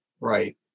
right